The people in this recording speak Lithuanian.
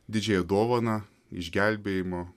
didžiąją dovaną išgelbėjimo